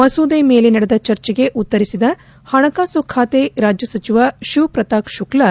ಮಸೂದೆ ಮೇಲೆ ನಡೆದ ಚರ್ಚೆಗೆ ಉತ್ತರಿಸಿದ ಹಣಕಾಸು ಖಾತೆ ರಾಜ್ಯ ಸಚಿವ ಶಿವ್ಪ್ರತಾಪ್ ಶುಕ್ಲಾ